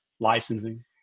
licensing